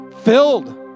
filled